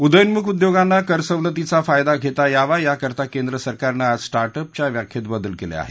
उदयोन्मुख उद्योगांना करसवलतीचा फायदा घेता यावा याकरता केंद्रसरकारनं आज स्टार्टअप च्या व्याख्येत बदल केले आहेत